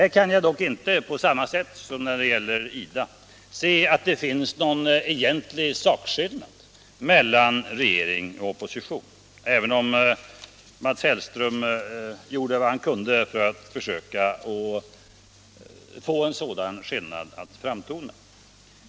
Här kan jag dock inte på samma sätt som när det gäller IDA se att det finns någon egentlig sakskillnad mellan regering och opposition, även om Mats Hellström gjorde vad han kunde för att få en sådan skillnad att framtona.